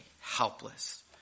helpless